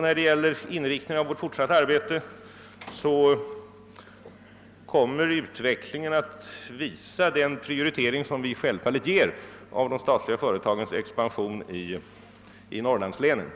Vad beträffar inriktningen av vårt fortsatta arbete kommer utvecklingen att visa den prioritering som vi ger de statliga företagens expansion i Norrlandslänen.